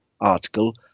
article